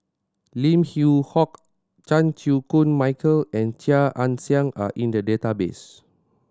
Lim Yew Hock Chan Chew Koon Michael and Chia Ann Siang are in the database